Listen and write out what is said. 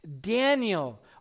Daniel